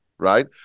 right